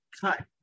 cut